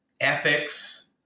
ethics